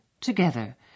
together